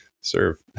serve